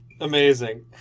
Amazing